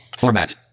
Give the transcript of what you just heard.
Format